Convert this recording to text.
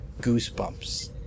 goosebumps